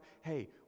hey